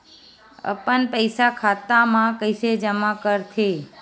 अपन पईसा खाता मा कइसे जमा कर थे?